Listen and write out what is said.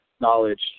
knowledge